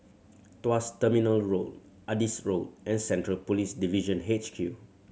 Tuas Terminal Road Adis Road and Central Police Division H Q